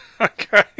okay